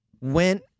went